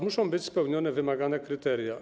Muszą być też spełnione wymagane kryteria.